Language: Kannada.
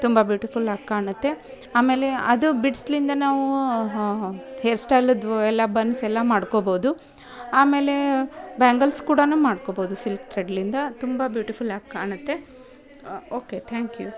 ತುಂಬ ಬ್ಯೂಟಿಫುಲ್ಲಾಗಿ ಕಾಣುತ್ತೆ ಆಮೇಲೆ ಅದು ಬಿಡ್ಸ್ನಿಂದ ನಾವು ಹೇರ್ ಸ್ಟೈಲದ್ದು ಎಲ್ಲ ಬನ್ಸೆಲ್ಲ ಮಾಡ್ಕೋಬೋದು ಆಮೇಲೆ ಬ್ಯಾಂಗಲ್ಸ್ ಕೂಡ ಮಾಡ್ಕೋಬೋದು ಸಿಲ್ಕ್ ತ್ರೆಡ್ನಿಂದ ತುಂಬ ಬ್ಯೂಟಿಫುಲ್ಲಾಗಿ ಕಾಣುತ್ತೆ ಓಕೆ ಥ್ಯಾಂಕ್ ಯು